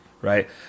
Right